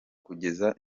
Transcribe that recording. kugeza